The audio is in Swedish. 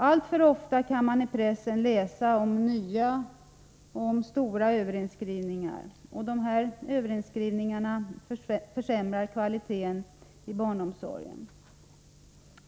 Alltför ofta kan man i pressen läsa om nya och stora överinskrivningar. Och dessa överinskrivningar försämrar kvaliteten i barnomsorgen.